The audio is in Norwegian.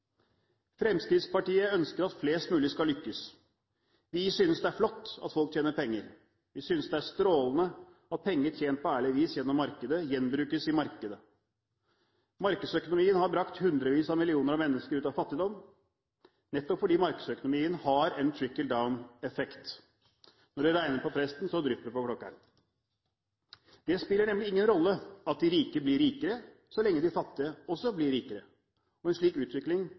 Fremskrittspartiet ønsker at flest mulig skal lykkes. Vi synes det er flott at folk tjener penger. Vi synes det er strålende at penger tjent på ærlig vis gjennom markedet gjenbrukes i markedet. Markedsøkonomien har brakt hundrevis av millioner av mennesker ut av fattigdom, nettopp fordi markedsøkonomien har en «trickle-down»-effekt. Når det regner på presten, drypper det på klokkeren. Det spiller nemlig ingen rolle at de rike blir rikere, så lenge de fattige også blir rikere. Og en slik utvikling